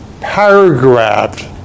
paragraph